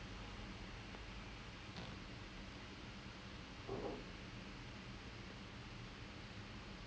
எல்லாம்:ellaam clear ஆயிருச்சு:aayiruchu I'm cleared to go start training and then I had trained for correct ah ஒரு:oru two and a half weeks